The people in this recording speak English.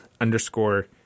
underscore